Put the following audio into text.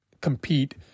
compete